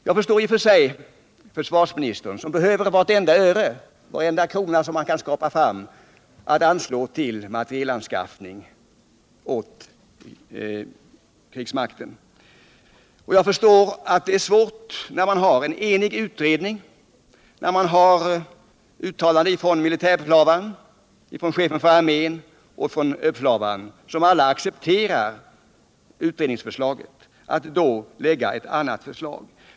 Jag förstår i och för sig försvarsministern, som behöver vartenda öre och varenda krona som han kan skrapa ihop till anslag för materielanskaffning inom krigsmakten. Och när det finns en enig utredning och uttalanden från militärbefälhavaren, chefen för armén och överbefälhavaren som alla accepterar utredningsförslaget — då förstår jag att det är svårt att lägga fram ett annat förslag.